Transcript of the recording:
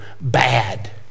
bad